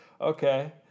okay